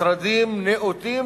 משרדים למיעוטים,